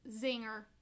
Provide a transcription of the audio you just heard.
zinger